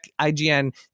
IGN